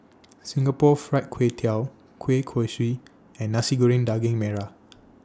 Singapore Fried Kway Tiao Kueh Kosui and Nasi Goreng Daging Merah